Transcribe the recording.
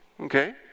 Okay